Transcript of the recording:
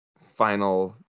final